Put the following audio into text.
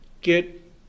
Get